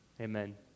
Amen